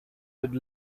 did